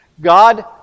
God